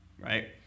right